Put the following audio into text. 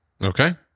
Okay